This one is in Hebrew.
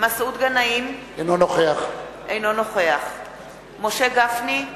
מסעוד גנאים, אינו נוכח משה גפני,